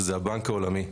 שזה הבנק העולמי.